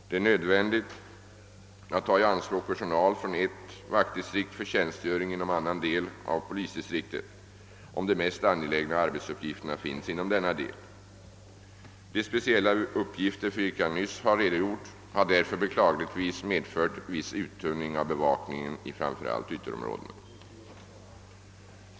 Det är nödvändigt att ta i anspråk personal från ett vaktdistrikt för tjänstgöring inom annan del av polisdistriktet, om de mest angelägna arbetsuppgifterna finns inom denna del. De speciella uppgifter för vilka jag nyss har redogjort har därför beklagligtvis medfört viss uttunning av bevakningen i framför allt ytterområdena.